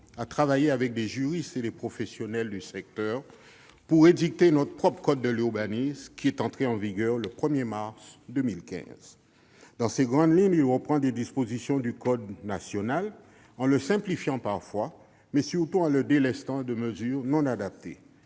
à travailler avec des juristes et des professionnels du secteur pour édicter notre propre code de l'urbanisme, qui est entré en vigueur le 1 mars 2015. Dans ses grandes lignes, celui-ci reprend les dispositions du code national, en les simplifiant parfois, mais surtout en les délestant de mesures non adaptées.